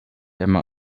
einmal